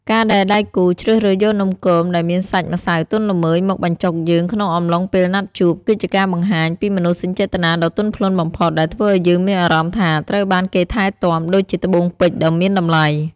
ការដែលដៃគូជ្រើសរើសយកនំគមដែលមានសាច់ម្សៅទន់ល្មើយមកបញ្ចុកយើងក្នុងអំឡុងពេលណាត់ជួប គឺជាការបង្ហាញពីមនោសញ្ចេតនាដ៏ទន់ភ្លន់បំផុត ដែលធ្វើឱ្យយើងមានអារម្មណ៍ថាត្រូវបានគេថែទាំដូចជាត្បូងពេជ្រដ៏មានតម្លៃ។